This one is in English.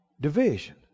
Division